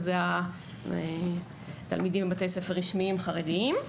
שאלה התלמידים בבתי ספר רשמיים חרדיים.